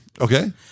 Okay